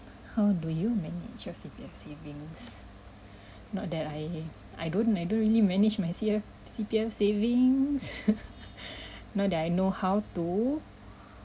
how do you manage your C_P_F savings not that I I don't I don't really manage my C_F C_P_F savings not that I know how to